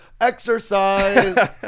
exercise